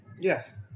Yes